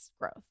growth